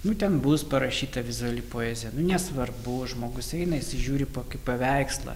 nu ten bus parašyta vizuali poezija nesvarbu žmogus įeina įsižiūri į kokį paveikslą